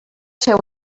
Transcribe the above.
ser